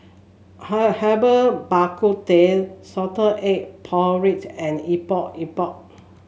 Herbal Bak Ku Teh Salted Egg pork and Epok Epok